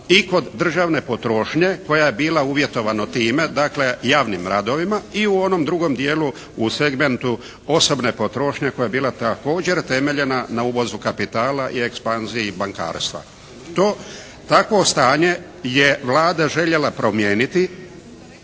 i kod državne potrošnje koja je bila uvjetovana time dakle javnim radovima i u onom drugom dijelu u segmentu osobne potrošnje koja je bila također temeljena na uvozu kapitala i ekspanziji bankarstva. Takvo stanje je Vlada željela promijeniti